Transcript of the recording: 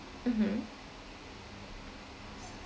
mmhmm